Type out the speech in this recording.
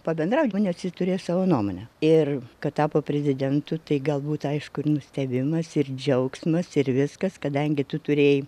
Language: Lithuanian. pabendraut nu nes jis turėjo savo nuomonę ir kad tapo prezidentu tai galbūt aišku ir nustebimas ir džiaugsmas ir viskas kadangi tu turėjai